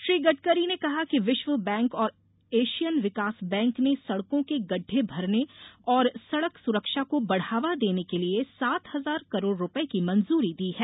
श्री गडकरी ने कहा कि विश्व बैंक और ऐशियन विकास बैंक ने सड़कों के गड़ढे भरने और सड़क सुरक्षा को बढ़ावा देने के लिए सात हजार करोड़ रुपये की मंजूरी दी है